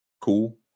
cool